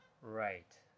Right